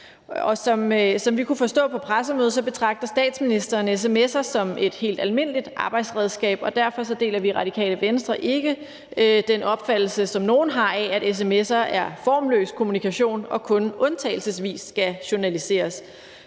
som vi kunne forstå på pressemødet, betragter statsministeren sms'er som et helt almindeligt arbejdsredskab, og derfor deler vi i Radikale Venstre ikke den opfattelse, som nogle har, at sms'er er formløs kommunikation og kun undtagelsesvis skal journaliseres.